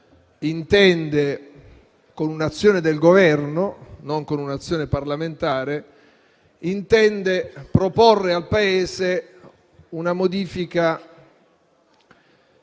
con un'azione del Governo e non con un'azione parlamentare intende, proporre al Paese una modifica